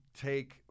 take